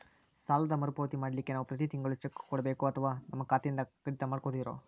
ಸಾಲದ ಮರುಪಾವತಿ ಮಾಡ್ಲಿಕ್ಕೆ ನಾವು ಪ್ರತಿ ತಿಂಗಳು ಚೆಕ್ಕು ಕೊಡಬೇಕೋ ಅಥವಾ ನಮ್ಮ ಖಾತೆಯಿಂದನೆ ಕಡಿತ ಮಾಡ್ಕೊತಿರೋ?